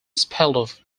spelled